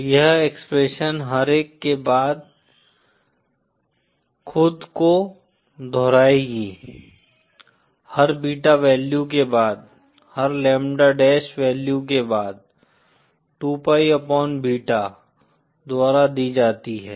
तो यह एक्सप्रेशन हर एक के बाद खुद को दोहराएगी हर बीटा वैल्यू के बाद हर लैम्बडा डैश वैल्यू के बाद टू पाई अपॉन बीटा द्वारा दी जाती है